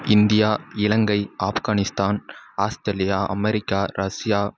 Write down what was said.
India Ilangai Afghanistan Australia America Russia